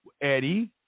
eddie